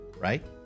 Right